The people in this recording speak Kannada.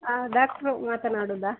ಹಾಂ ಡಾಕ್ಟ್ರು ಮಾತನಾಡೋದ